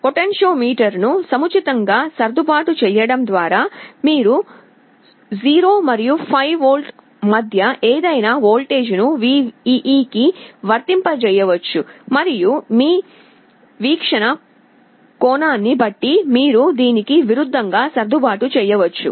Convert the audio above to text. పొటెన్షియోమీటర్ను సముచితంగా సర్దుబాటు చేయడం ద్వారా మీరు 0 మరియు 5V మధ్య ఏదైనా వోల్టేజ్ను VEE కి వర్తింపజేయవచ్చు మరియు మీ వీక్షణ కోణాన్ని బట్టి మీరు దీనికి విరుద్ధంగా సర్దుబాటు చేయవచ్చు